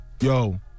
yo